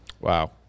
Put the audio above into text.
Wow